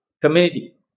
community